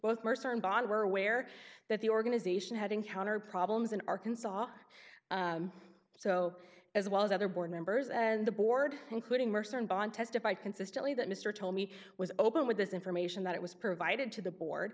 mercer and bod were aware that the organization had encountered problems in arkansas so as well as other board members and the board including mercer in bonn testified consistently that mr told me was open with this information that it was provided to the board